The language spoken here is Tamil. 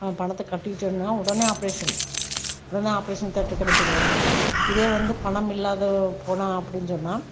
பணத்தை கட்டிட்டோன்னா உடனே ஆப்ரேஷன் உடனே ஆப்ரேஷன் தியேட்டருக்கு அனுப்பிடுவாங்க இதே வந்து பணமில்லாதவன் போனான் அப்படின்னு சொன்னால்